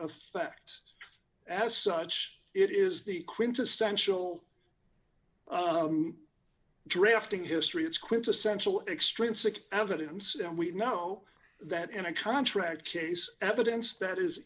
effect as such it is the quintessential drafting history it's quintessential extrinsic evidence and we know that in a contract case evidence that is